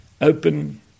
open